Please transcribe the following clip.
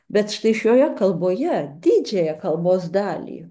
bet štai šioje kalboje didžiąją kalbos dalį